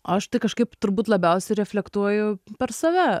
aš tai kažkaip turbūt labiausiai reflektuoju per save